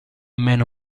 meno